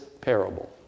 parable